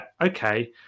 okay